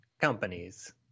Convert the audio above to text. companies